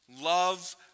Love